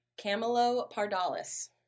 camelopardalis